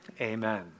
amen